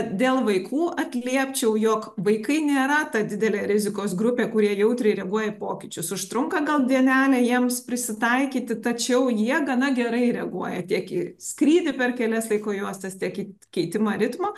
dėl vaikų atliepčiau jog vaikai nėra ta didelė rizikos grupė kurie jautriai reaguoja į pokyčius užtrunka gal dienelę jiems prisitaikyti tačiau jie gana gerai reaguoja tiek į skrydį per kelias laiko juostas tiek į keitimą ritmo